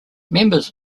members